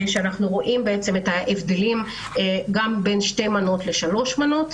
כשאנחנו רואים את ההבדלים גם בין שתי מנות לשלוש מנות,